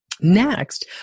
Next